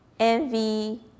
Envy